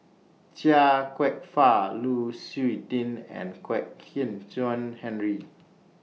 Chia Kwek Fah Lu Suitin and Kwek Hian Chuan Henry